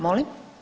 Molim?